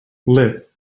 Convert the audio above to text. lit